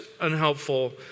unhelpful